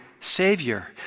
Savior